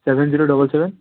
seven zero double seven